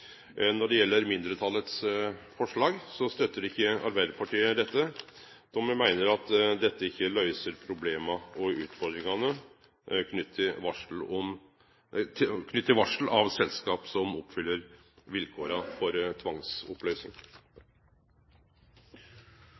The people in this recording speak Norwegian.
Når det gjeld mindretalets forslag, støttar ikkje Arbeidarpartiet dette, då me meiner at dette ikkje løyser problema og utfordringane knytte til varsel til selskap som oppfyller vilkåra for tvangsoppløysing.